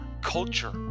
culture